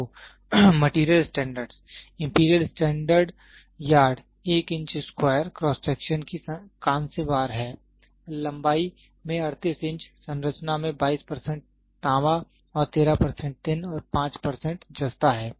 तो material standard imperial standard yard 1 cross section की कांस्य बार है और लंबाई में 38 इंच संरचना में 82 तांबा और 13 टिन और 5 जस्ता है